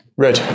Red